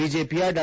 ಬಿಜೆಪಿಯ ಡಾ